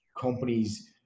companies